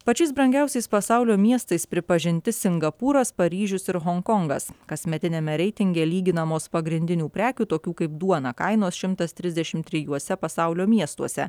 pačiais brangiausiais pasaulio miestais pripažinti singapūras paryžius ir honkongas kasmetiniame reitinge lyginamos pagrindinių prekių tokių kaip duona kainos šimtas trisdešim trijuose pasaulio miestuose